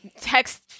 text